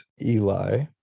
Eli